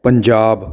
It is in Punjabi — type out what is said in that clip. ਪੰਜਾਬ